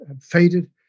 faded